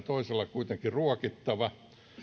kuitenkin ruokittava